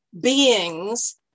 beings